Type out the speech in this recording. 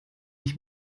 ich